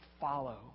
follow